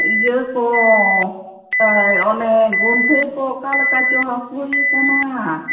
ᱤᱭᱟᱹ ᱠᱚ ᱚᱱᱮ ᱜᱚᱱᱴᱷᱮ ᱠᱚ ᱚᱠᱟ ᱞᱮᱠᱟ ᱪᱚᱝ ᱦᱟᱥᱩᱭᱮ ᱠᱟᱱᱟ